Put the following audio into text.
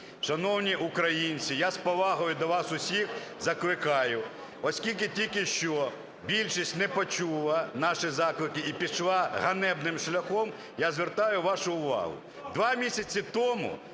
шановні українці, я з повагою до вас усіх закликаю. Оскільки тільки що більшість не почула наші заклики і пішла ганебним шляхом, я звертаю вашу увагу,